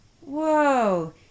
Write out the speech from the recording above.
whoa